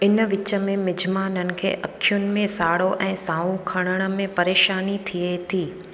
इन विच में मिज़माननि खे अख़ियुनि में साड़ो ऐं साहु खणण में परेशानी थिए थी